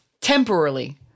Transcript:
temporarily